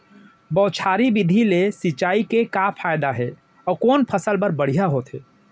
बौछारी विधि ले सिंचाई के का फायदा हे अऊ कोन फसल बर बढ़िया होथे?